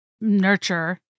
nurture